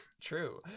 true